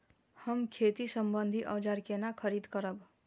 हम खेती सम्बन्धी औजार केना खरीद करब?